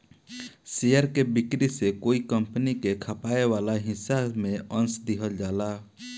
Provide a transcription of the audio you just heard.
share के बिक्री से कोई कंपनी के खपाए वाला हिस्सा में अंस दिहल जाला